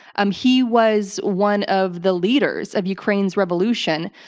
um he was one of the leaders of ukraine's revolution.